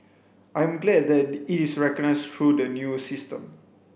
I am glad that it is recognised through the new system